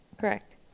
Correct